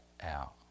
out